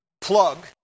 plug